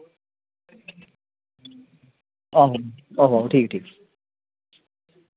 आहो आहो ठीक ठीक